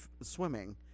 swimming